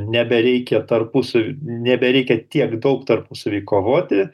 nebereikia tarpusavy nebereikia tiek daug tarpusavy kovoti